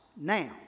now